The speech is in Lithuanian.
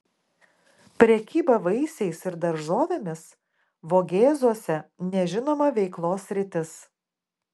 prekyba vaisiais ir daržovėmis vogėzuose nežinoma veiklos sritis